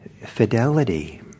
fidelity